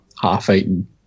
half-eaten